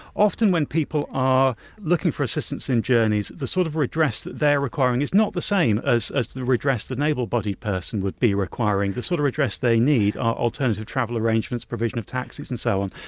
often when people are looking for assistance in journeys the sort of redress that they're requiring is not the same as as the redress that an able-bodied person would be requiring, the sort of redress they need are alternative travel arrangements, provision of taxis and so on.